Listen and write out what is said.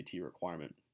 requirement